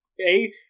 A-